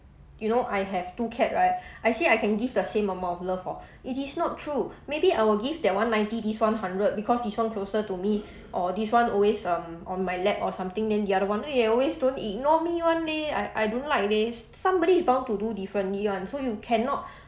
you know I have two cat right I say I can give the same amount of love orh it is not true maybe I will give that one ninety this one hundred because the one closer to me or this one always um on my lap or something then the other one then he always don't ignore me [one] leh I I don't like leh s~ somebody is bound to do differently [one] so you cannot